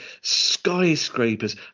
skyscrapers